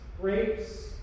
grapes